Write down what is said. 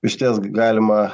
išties galima